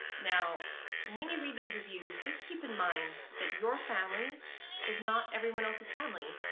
now when you read these reviews just keep in mind that your family is not everyone else's family,